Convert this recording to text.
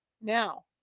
Now